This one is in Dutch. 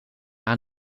aan